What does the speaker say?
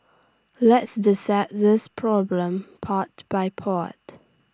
let's dissect this problem part by part